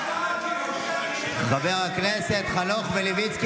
חבר הכנסת חנוך מלביצקי,